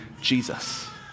Jesus